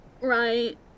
Right